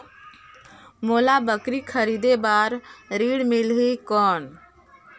मोला बकरी खरीदे बार ऋण मिलही कौन?